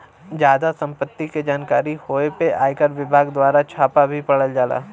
जादा सम्पत्ति के जानकारी होए पे आयकर विभाग दवारा छापा भी पड़ जाला